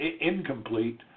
incomplete